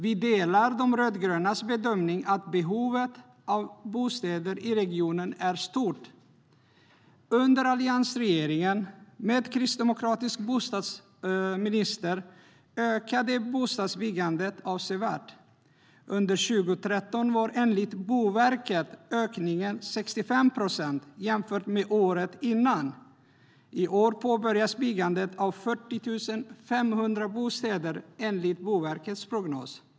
Vi delar de rödgrönas bedömning att behovet av bostäder i regionen är stort. Under alliansregeringen, med en kristdemokratisk bostadsminister, ökade bostadsbyggandet avsevärt. Under 2013 var, enligt Boverket, ökningen 65 procent jämfört med året innan. I år påbörjas byggandet av 40 500 bostäder, enligt Boverkets prognos.